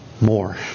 more